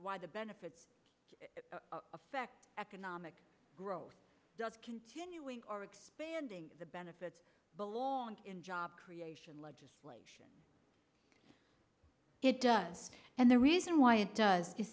why the benefits effect economic growth continuing are expanding the benefits belong in job creation legislation it does and the reason why it does is